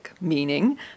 meaning